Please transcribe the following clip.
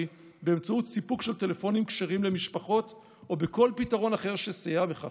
באמצעות אספקה של טלפונים כשרים למשפחות או בכל פתרון אחר שיסייע בכך.